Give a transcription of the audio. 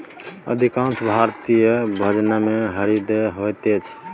अधिकांश भारतीय भोजनमे हरदि होइत छै